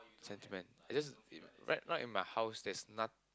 sentiment it's just it right right in my house there's not~